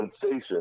sensation